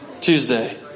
Tuesday